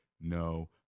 No